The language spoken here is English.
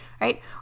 right